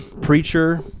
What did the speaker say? Preacher